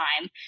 time